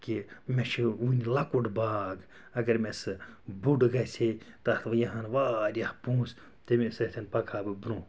کہِ مےٚ چھُ وُنہِ لۄکُٹ باغ اگر مےٚ سُہ بوٚڑ گَژھہِ ہے تَتھ یی ہان واریاہ پونٛسہٕ تٔمے سۭتۍ پَکہٕ ہا بہٕ برٛۄنٛہہ